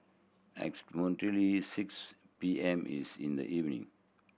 approximately six P M is in the evening